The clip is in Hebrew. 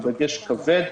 הוא דגש כבד.